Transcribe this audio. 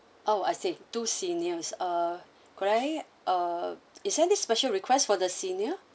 oh I see two seniors uh could I uh is there any special request for the senior